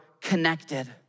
connected